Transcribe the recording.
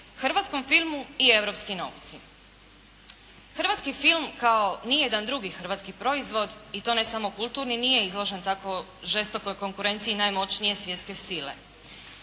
hrvatskom filmu i europski novci. Hrvatski film kao ni jedan drugi hrvatski proizvod i to ne samo kulturni, nije izložen tako žestokoj konkurenciji najmoćnije svjetske sile,